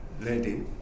lady